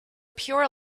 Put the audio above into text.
pure